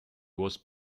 was